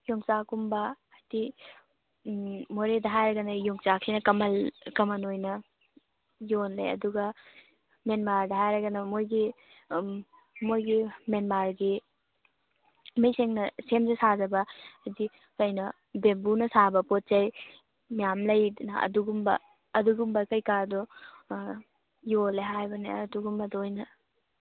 ꯌꯣꯡꯆꯥꯛꯀꯨꯝꯕ ꯍꯥꯏꯗꯤ ꯃꯣꯔꯦꯗ ꯍꯥꯏꯔꯒꯅ ꯌꯣꯡꯆꯥꯛꯁꯤꯅ ꯀꯃꯜ ꯀꯃꯟ ꯑꯣꯏꯅ ꯌꯣꯜꯂꯦ ꯑꯗꯨꯒ ꯃꯦꯟꯃꯥꯔꯗ ꯍꯥꯏꯔꯒꯅ ꯃꯣꯏꯒꯤ ꯃꯣꯏꯒꯤ ꯃꯦꯟꯃꯥꯔꯒꯤ ꯃꯤꯁꯤꯡꯅ ꯁꯦꯝꯖ ꯁꯥꯖꯕ ꯍꯥꯏꯗꯤ ꯀꯩꯅꯣ ꯕꯦꯝꯕꯨꯅ ꯁꯥꯕ ꯄꯣꯠ ꯆꯩ ꯃꯌꯥꯝ ꯂꯩꯗꯅ ꯑꯗꯨꯒꯨꯝꯕ ꯑꯗꯨꯒꯨꯝꯕ ꯀꯩꯀꯥꯗꯨ ꯌꯣꯜꯂꯦ ꯍꯥꯏꯕꯅꯤ ꯑꯗꯨꯒꯨꯝꯕꯗꯣ ꯑꯣꯏꯅ